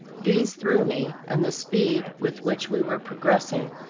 these threw me, and the speed with which we were progressing,